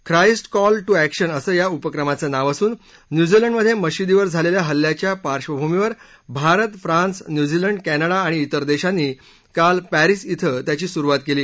Christ call to action असं या उपक्रमाचं नाव असून न्यूझीलंडमधे मशीदीवर झालेल्या हल्ल्याच्या पार्धभूमीवर भारत फ्रान्स न्यूझीलंड कॅनडा आणि बेर देशांनी काल पॅरीस बे त्याची सुरुवात केली